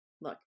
Look